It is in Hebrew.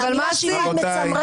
-- המילה "שימוע" מצמררת.